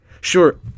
sure